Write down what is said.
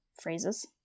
phrases